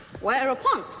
Whereupon